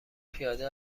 پیاده